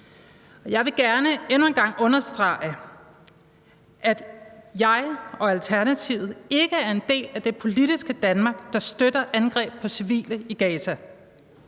en gang understrege, at jeg og Alternativet ikke er en del af det politiske Danmark, der støtter angreb på civile i Gaza.